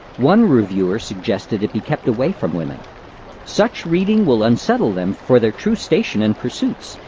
one reviewer suggested it he kept away from women such reading will unsettle them for their true station and pursuits,